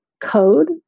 code